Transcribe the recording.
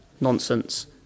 nonsense